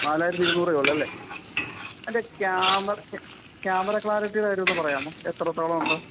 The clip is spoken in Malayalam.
നാലായിരത്തി ഇരുന്നൂറ് ഉള്ളൂ അല്ലേ അതിന്റെ ക്യാമര് ക്യാമറ ക്ലാരിറ്റിയുടെ കാര്യമെന്ന് പറയാമോ എത്രത്തോളം ഉണ്ട്